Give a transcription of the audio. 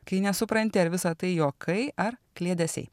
kai nesupranti ar visa tai juokai ar kliedesiai